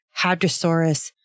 Hadrosaurus